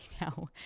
now